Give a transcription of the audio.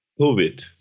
COVID